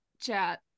chat